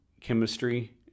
chemistry